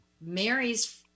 Mary's